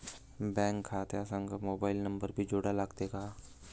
Bank खात्या संग mobile number भी जोडा लागते काय?